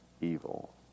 evil